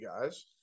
guys